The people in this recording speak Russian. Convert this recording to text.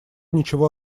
ничего